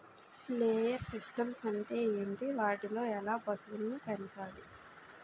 Layer systems అంటే ఏంటి? వాటిలో ఎలా పశువులను పెంచాలి?